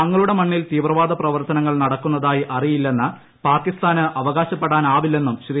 തങ്ങളുടെ മണ്ണിൽ തീവ്രവാദ പ്രവർത്തനങ്ങൾ നടക്കുന്നതായി അറിയില്ലെന്ന് പാകിസ്ഥാന് അവകാശപ്പെടാനാവില്ലെന്നും ശ്രീ